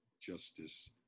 Justice